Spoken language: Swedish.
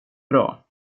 bra